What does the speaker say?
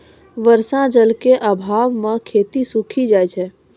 बर्षा जल क आभाव म खेती सूखी जाय छै